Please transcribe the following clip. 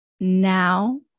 Now